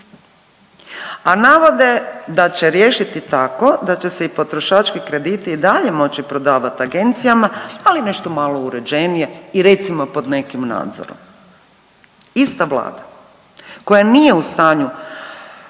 A navode da će riješiti tako da će se i potrošački krediti i dalje moći prodavati agencijama ali nešto malo uređenije i recimo pod nekim nadzorom. Ista Vlada koja nije u stanju